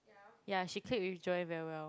yeah she click with Joanne very well